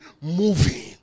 moving